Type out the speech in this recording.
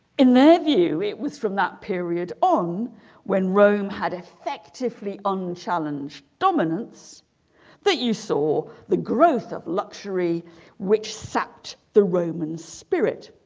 in their view it was from that period on when rome had effectively unchallenged dominance that you saw the growth of luxury which sucked the romans spirit